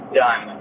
done